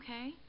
okay